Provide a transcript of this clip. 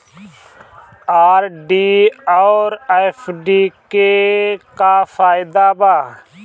RD आउर FD के का फायदा बा?